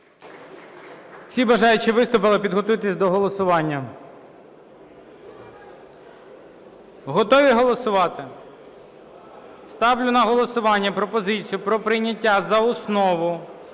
Всі бажаючі виступили. Підготуйтесь до голосування. Готові голосувати? Ставлю на голосування пропозицію про прийняття за основу